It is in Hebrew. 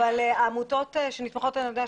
אבל העמותות שנתמכות על ידינו,